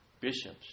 Bishops